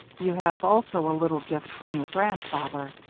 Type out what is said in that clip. you have also a little gift from your grandfather,